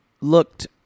Looked